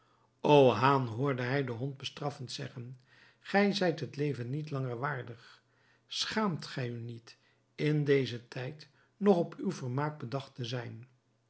o haan hoorde hij den hond bestraffend zeggen gij zijt het leven niet langer waardig schaamt gij u niet in dezen tijd nog op uw vermaak bedacht te zijn